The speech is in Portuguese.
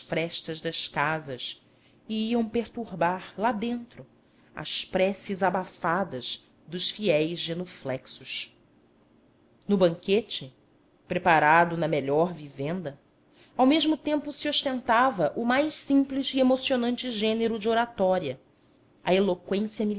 das casas e iam perturbar lá dentro as preces abafadas dos fiéis genuflexos no banquete preparado na melhor vivenda ao mesmo tempo se ostentava o mais simples e emocionante gênero de oratória a eloqüência